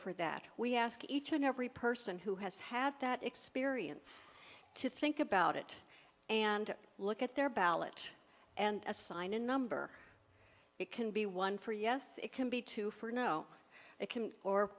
for that we ask each and every person who has had that experience to think about it and look at their ballot and assign a number it can be one for yes it can be two for no it can or